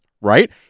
right